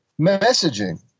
messaging